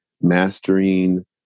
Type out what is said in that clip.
mastering